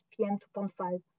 PM2.5